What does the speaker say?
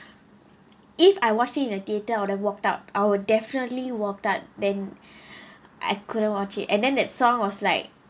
if I watch it in the theater I would've walked out I'll definitely walked out then I couldn't watch it and then that song was like